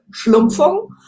schlumpfung